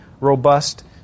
robust